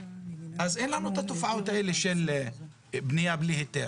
אז אין לנו את התופעות האלה של בניה בלי היתר.